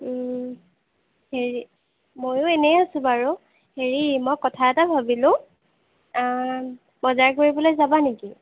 হেৰি ময়ো এনেই আছোঁ বাৰু হেৰি মই কথা এটা ভাবিলোঁ বজাৰ কৰিবলৈ যাবা নেকি